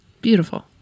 beautiful